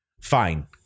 Fine